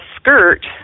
skirt